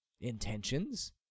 intentions